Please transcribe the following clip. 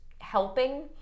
helping